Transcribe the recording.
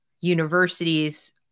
universities